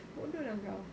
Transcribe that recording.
bodoh lah kau